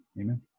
Amen